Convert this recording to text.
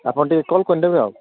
ଆପଣ ଟିକେ କଲ କରିନେବେ ଆଉ